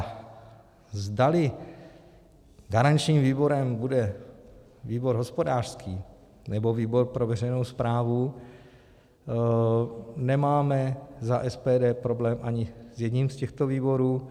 A zdali garančním výborem bude výbor hospodářský, nebo výbor pro veřejnou správu nemáme za SPD problém ani s jedním z těchto výborů.